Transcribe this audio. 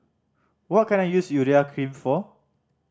what can I use Urea Cream for